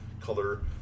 color